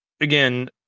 again